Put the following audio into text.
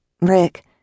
Rick